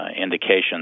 indications